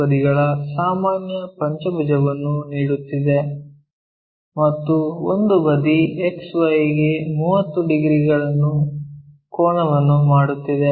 ಬದಿಗಳ ಸಾಮಾನ್ಯ ಪಂಚಭುಜವನ್ನು ನೀಡುತ್ತಿದೆ ಮತ್ತು ಒಂದು ಬದಿ XY ಗೆ 30 ಡಿಗ್ರಿ ಕೋನವನ್ನು ಮಾಡುತ್ತಿದೆ